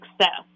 success